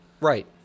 Right